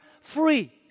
free